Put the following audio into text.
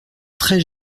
très